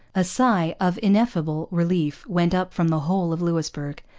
a sigh of ineffable relief went up from the whole of louisbourg,